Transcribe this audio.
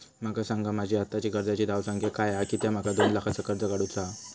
माका सांगा माझी आत्ताची कर्जाची धावसंख्या काय हा कित्या माका दोन लाखाचा कर्ज काढू चा हा?